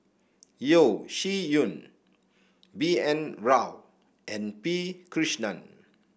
Yeo Shih Yun B N Rao and P Krishnan